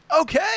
Okay